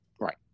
Right